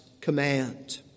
command